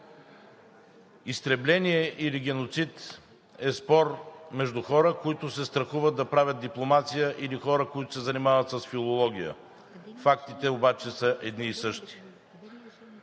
„Изтребление“ или „геноцид“ е спор между хора, които се страхуват да правят дипломация, или хора, които се занимават с филология. Фактите обаче са едни и същи.